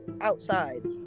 outside